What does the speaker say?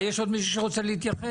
יש עוד מישהו שרוצה להתייחס?